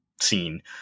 scene